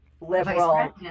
liberal